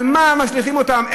על מה משליכים אותם?